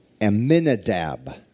Aminadab